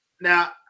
Now